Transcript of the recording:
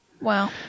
Wow